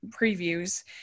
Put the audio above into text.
previews